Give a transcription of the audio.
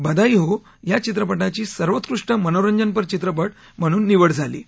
बधाई हो या चित्रपटाची सर्वोत्कृष्ट मनोरंजनपर चित्रपट म्हणून निवड झाली आहे